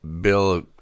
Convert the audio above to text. Bill